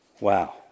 Wow